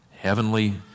heavenly